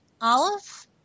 Olive